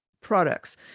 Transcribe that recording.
products